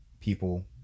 people